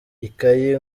ikayi